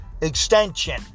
extension